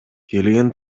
келген